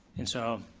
and so,